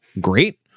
Great